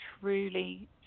truly